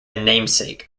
namesake